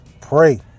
pray